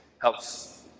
helps